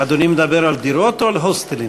אדוני מדבר על דירות או על הוסטלים?